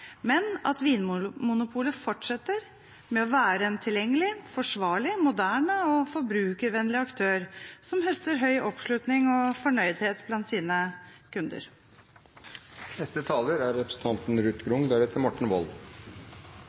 men at Vinmonopolet fortsetter med å være en tilgjengelig, forsvarlig, moderne og forbrukervennlig aktør som har høy oppslutning og